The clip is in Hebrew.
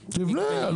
תבנה,